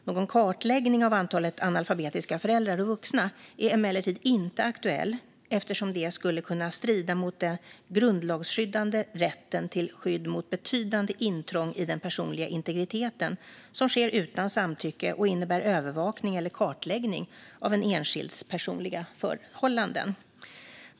Någon kartläggning av antalet analfabetiska föräldrar och vuxna är emellertid inte aktuell, eftersom det skulle kunna strida mot den grundlagsskyddade rätten till skydd mot betydande intrång i den personliga integriteten som sker utan samtycke och innebär övervakning eller kartläggning av en enskilds personliga förhållanden.